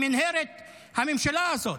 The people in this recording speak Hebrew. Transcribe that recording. במנהרת הממשלה הזאת,